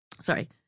sorry